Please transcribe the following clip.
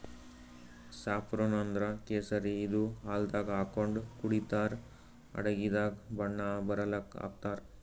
saffron ಅಂದ್ರ ಕೇಸರಿ ಇದು ಹಾಲ್ದಾಗ್ ಹಾಕೊಂಡ್ ಕುಡಿತರ್ ಅಡಗಿದಾಗ್ ಬಣ್ಣ ಬರಲಕ್ಕ್ ಹಾಕ್ತಾರ್